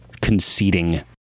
conceding